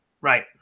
Right